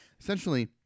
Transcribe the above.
Essentially